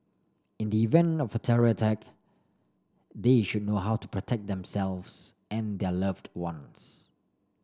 in the event of a terror attack they should know how to protect themselves and their loved ones